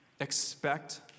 Expect